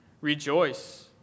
Rejoice